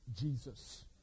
Jesus